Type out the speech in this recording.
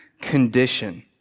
condition